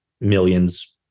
millions